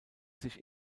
sich